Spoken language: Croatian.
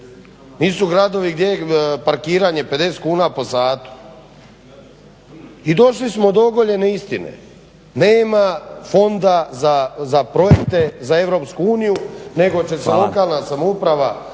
nisu gradovi gdje je parkiranje 50kn po satu. I došli smo do ogoljene istine, nema fonda za projekte za EU nego će se lokalna samouprava